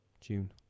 June